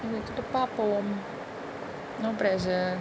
mechitu பாப்போம்:paapom no presser